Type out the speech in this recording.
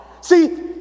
see